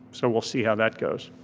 so we'll see how that goes.